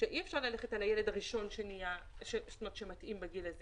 שאי אפשר ללכת על הילד הראשון שמתאים בגיל הזה